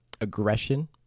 aggression